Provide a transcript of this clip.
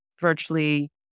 virtually